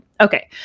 okay